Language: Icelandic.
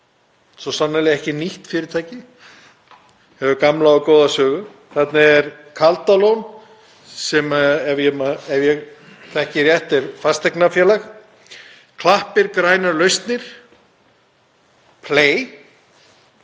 svo sannarlega ekki nýtt fyrirtæki, hefur gamla og góða sögu. Þarna er Kaldalón sem, ef ég þekki rétt, er fasteignafélag, Klappir – grænar lausnir, Play,